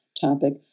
topic